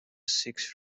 six